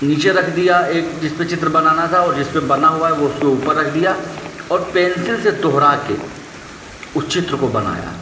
नीचे रख दिया एक जिसपे चित्र बनाना था और जिसपे बना हुआ है वो उसके ऊपर रख दिया और पेंसिल से दोहरा के उस चित्र को बनाया